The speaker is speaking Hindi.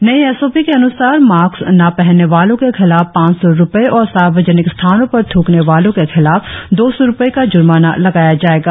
नए एस ओ पी के अनुसार मास्क न पहनने वालो के खिलाफ पांच सौ रुपए और सार्वजनिक स्थानो पर थूकने वालों के खिलाफ दो सौ रुपए का ज्र्माना लगाया जाएगा